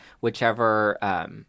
whichever